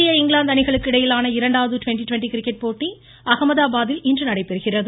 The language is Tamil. இந்திய இங்கிலாந்து அணிகளுக்கு இடையிலான இரண்டாவது ட்வெண்ட்டி ட்வெண்ட்டி கிரிக்கெட் போட்டி அஹமதாபாத்தில் இன்று நடைபெறுகிறது